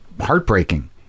heartbreaking